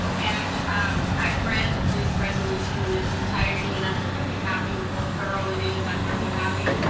and i've read this resolution in its entirety, and i'm really happy with how thorough it is. i'm really happy.